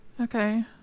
Okay